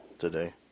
today